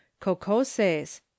Cocoses